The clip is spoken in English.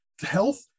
health